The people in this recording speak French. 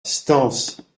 stances